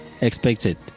expected